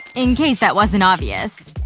in case that wasn't obvious.